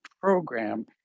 program